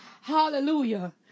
hallelujah